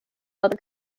other